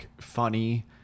funny